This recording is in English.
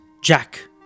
Jack